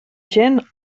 gent